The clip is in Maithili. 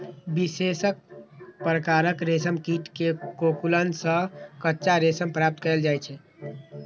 विशेष प्रकारक रेशम कीट के कोकुन सं कच्चा रेशम प्राप्त कैल जाइ छै